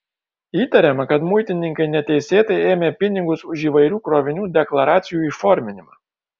įtariama kad muitininkai neteisėtai ėmė pinigus už įvairių krovinių deklaracijų įforminimą